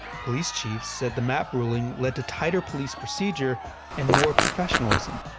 police chiefs said the mapp ruling led to tighter police procedure and more professionalism.